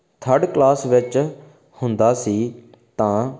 third class ਵਿੱਚ ਹੁੰਦਾ ਸੀ ਤਾਂ